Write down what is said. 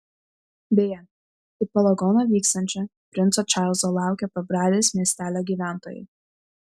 beje į poligoną vykstančio princo čarlzo laukė pabradės miestelio gyventojai